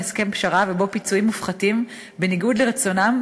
הסכם פשרה ובו פיצויים מופחתים בניגוד לרצונם,